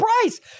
price